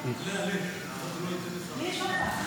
תהיה רגוע, ששי, הכול